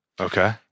Okay